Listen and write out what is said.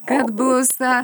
kad blusa